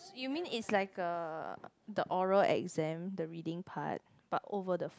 you mean is like a the oral exam the reading part but over the